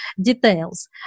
details